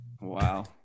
Wow